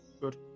Good